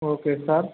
okay sir